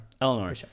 Eleanor